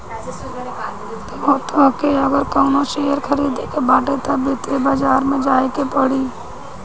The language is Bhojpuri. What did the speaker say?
तोहके अगर कवनो शेयर खरीदे के बाटे तअ वित्तीय बाजार में जाए के पड़ी